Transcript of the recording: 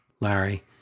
Larry